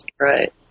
Right